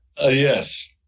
Yes